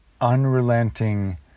Unrelenting